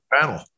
panel